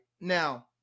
Now